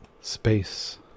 space